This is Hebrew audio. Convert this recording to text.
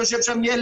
אני מודה ליהודה.